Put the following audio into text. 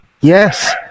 yes